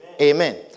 Amen